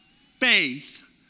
faith